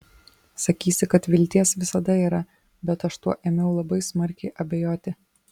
sakysi kad vilties visada yra bet aš tuo ėmiau labai smarkiai abejoti